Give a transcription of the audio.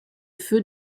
feu